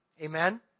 Amen